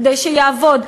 כדי שיעבוד,